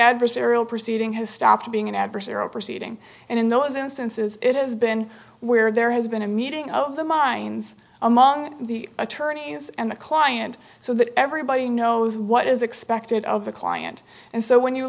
adversarial proceeding has stopped being an adversarial proceeding and in those instances it has been where there has been a meeting of the mines among the attorneys and the client so that everybody knows what is expected of the client and so when you